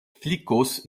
flikos